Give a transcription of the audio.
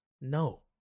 No